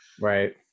right